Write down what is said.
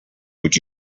would